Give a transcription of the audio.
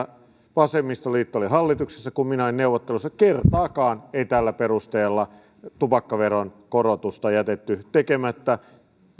vasemmistoliitto oli hallituksessa kun minä olin neuvotteluissa kertaakaan ei tällä perusteella tupakkaveron korotusta jätetty tekemättä